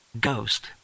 ghost